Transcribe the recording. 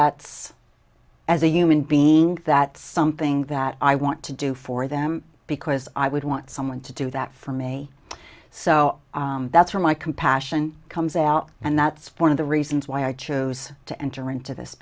that's as a human being that something that i want to do for them because i would want someone to do that for me so that's where my compassion comes out and that's one of the reasons why i chose to enter into this